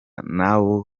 nabo